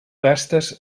gastes